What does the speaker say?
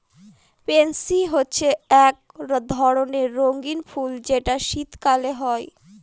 pansy হচ্ছে এক ধরণের রঙ্গীন ফুল যেটা শীতকালে হয়